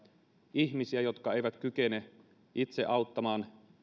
ihmisiä jotka eivät kykene itse auttamaan